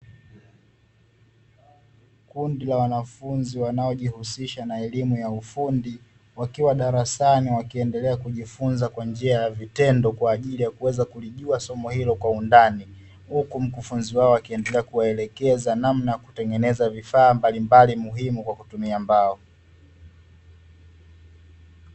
Kundi la wanafunzi wanaojihusisha na elimu ya ufundi, wakiwa darasani wakiendelea kujifunza kwa njia ya vitendo kwa ajili ya kuweza kulijua somo hilo kwa undani. Huku mkufunzi wao akiendeleaa kuwaelekeza namna ya kutengenezea vifaa mbalimbali muhimu kwa kutumia mbao.